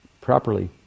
properly